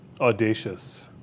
Audacious